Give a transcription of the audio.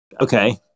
okay